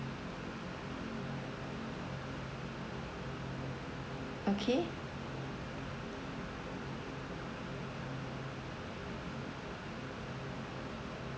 okay